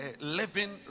living